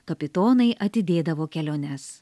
kapitonai atidėdavo keliones